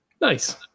Nice